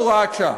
חוק-יסוד (הוראת שעה).